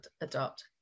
adopt